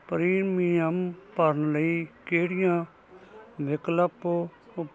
premium ਭਰਨ ਲਈ ਕਿਹੜੀਆਂ ਵਿਕਲਪ ਉ